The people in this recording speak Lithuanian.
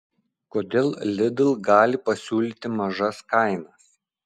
kodėl lidl gali pasiūlyti mažas kainas